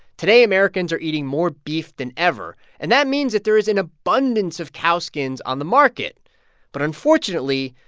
today, americans are eating more beef than ever, and that means that there is an abundance of cow skins on the market but unfortunately,